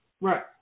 Right